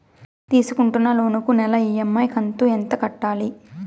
తీసుకుంటున్న లోను కు నెల ఇ.ఎం.ఐ కంతు ఎంత కట్టాలి?